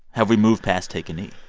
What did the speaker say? have we moved past take a knee?